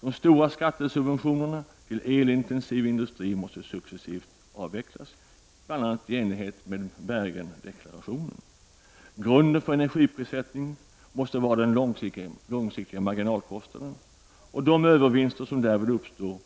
De stora skattesubventionerna till elintensiv industri måste successivt avvecklas, bl.a. i enlighet med Bergen-deklarationen. Grunden för energiprissättning måste vara den långsiktiga marginalkostnaden. De övervinster som därvid uppkommer